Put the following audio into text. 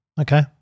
Okay